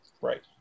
Right